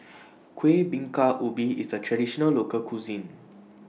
Kueh Bingka Ubi IS A Traditional Local Cuisine